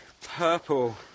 purple